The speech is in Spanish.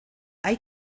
hay